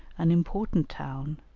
an important town,